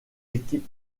équipe